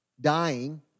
Dying